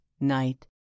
night